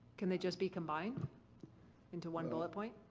can they just be combined into one bullet point?